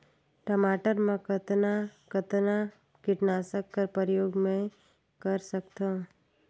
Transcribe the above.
टमाटर म कतना कतना कीटनाशक कर प्रयोग मै कर सकथव?